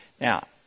Now